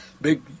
Big